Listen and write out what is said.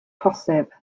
posib